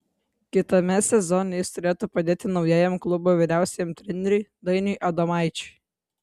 kitame sezone jis turėtų padėti naujajam klubo vyriausiajam treneriui dainiui adomaičiui